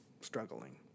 struggling